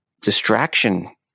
distraction